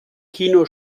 kino